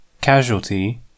Casualty